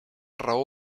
raó